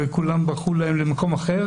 וכולם ברחו להם למקום אחר.